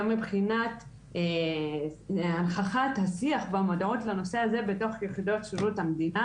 גם מבחינת הנכחת השיח והמודעות לנושא הזה בתוך יחידות שירות המדינה.